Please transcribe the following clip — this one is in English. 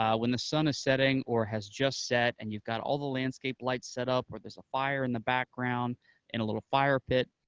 um when the sun is setting or has just set, and you've got all the landscape lights set up, or there's a fire in the background in a little fire pit,